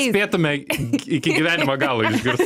spėtume iki gyvenimo galo išgirst